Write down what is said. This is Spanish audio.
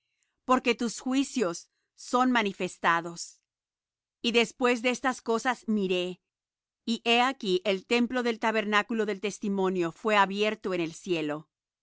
porque tus juicios son manifestados y después de estas cosas miré y he aquí el templo del tabernáculo del testimonio fué abierto en el cielo